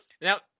now